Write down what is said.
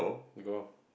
you go